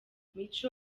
mico